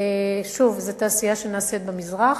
שוב, זאת תעשייה שנעשית במזרח,